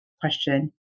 question